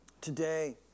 Today